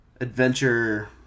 adventure